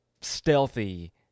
stealthy